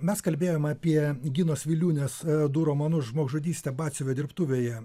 mes kalbėjom apie ginos viliūnės du romanus žmogžudystė batsiuvio dirbtuvėje